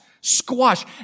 squash